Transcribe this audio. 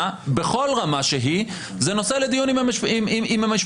בכל רמה שהיא זה נושא לדיון עם המשפטנים,